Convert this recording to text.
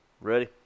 Ready